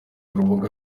urubuga